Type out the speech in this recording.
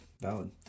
Valid